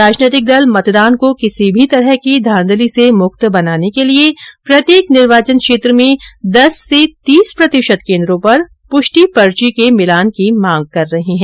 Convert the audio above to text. राजनीतिक दल मतदान को किसी भी तरह की धांधली से मुक्त बनाने के लिए प्रत्येक निर्वाचन क्षेत्र में दस से तीस प्रतिशत कोन्द्रों पर पुष्टि पर्ची के मिलान की मांग कर रहे हैं